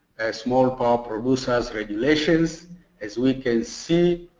as small power producers regulations as we can see,